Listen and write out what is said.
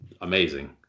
amazing